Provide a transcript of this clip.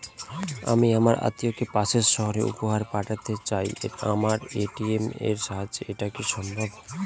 আমি আমার আত্মিয়কে পাশের সহরে উপহার পাঠাতে চাই আমার এ.টি.এম এর সাহায্যে এটাকি সম্ভবপর?